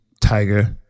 Tiger